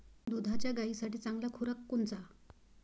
दुधाच्या गायीसाठी चांगला खुराक कोनचा?